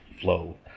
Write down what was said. flow